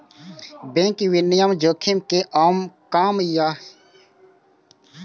bank विनियमन जोखिम कें कम या समाप्त करै लेल जरूरी होइ छै